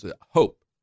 hope